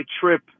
trip